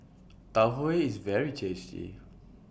Tau Huay IS very tasty